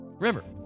Remember